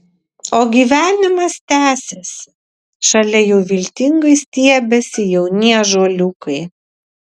o gyvenimas tęsiasi šalia jau viltingai stiebiasi jauni ąžuoliukai